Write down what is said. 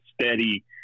steady